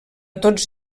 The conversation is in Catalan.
tots